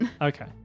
Okay